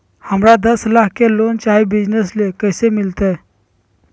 हमरा दस लाख के लोन चाही बिजनस ले, कैसे मिलते?